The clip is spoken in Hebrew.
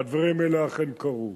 והדברים האלה אכן קרו.